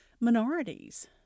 minorities